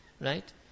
Right